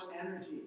energy